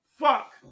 Fuck